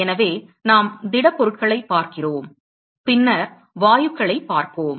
எனவே நாம் திடப்பொருட்களைப் பார்க்கிறோம் பின்னர் வாயுக்களைப் பார்ப்போம்